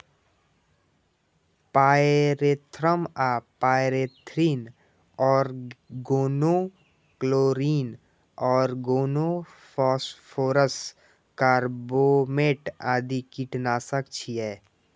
pyrethrum आ pyrethrin, organo chlorine, organo phosphorus, carbamate आदि कीटनाशक छियै